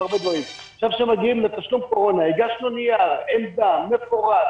עכשיו כשמגיעים לתשלום קורונה הגשנו נייר עמדה מפורט